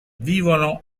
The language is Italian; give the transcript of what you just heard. vivono